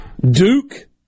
Duke